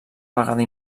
vegada